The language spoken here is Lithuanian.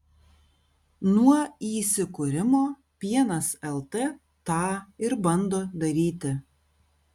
nuo įsikūrimo pienas lt tą ir bando daryti